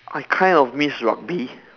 I kind of miss rugby